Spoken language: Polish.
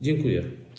Dziękuję.